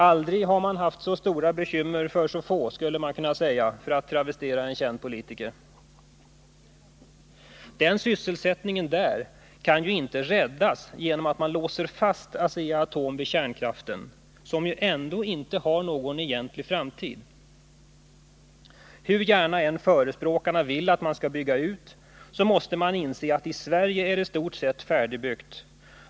Aldrig har man haft så stora bekymmer för så få, skulle man kunna säga för att travestera en känd politiker. Sysselsättningen där kan ju inte räddas genom att man låser fast Asea-Atom vid kärnkraften, som ändå inte har någon egentlig framtid. Hur gärna förespråkarna än vill att man skall bygga ut, så måste de inse att det i Sverige är i stort sett färdigbyggt.